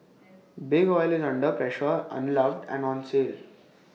big oil is under pressure unloved and on sale